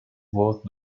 worth